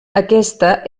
aquesta